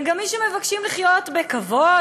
הם גם מי שמבקשים לחיות בכבוד,